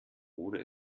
oder